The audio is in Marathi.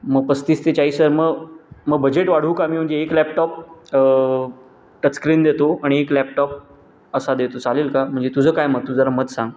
मग पस्तीस ते चाळीस हजार म मग बजेट वाढवू का मी म्हणजे एक लॅपटॉप टचस्क्रीन देतो आणि एक लॅपटॉप असा देतो चालेल का म्हणजे तुझं काय मत तुझं जरा मत सांग